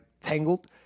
tangled